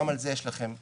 גם על זה יש לכם שקף.